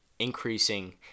increasing